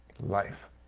life